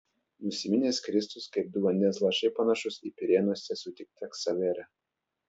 nusiminęs kristus kaip du vandens lašai panašus į pirėnuose sutiktą ksaverą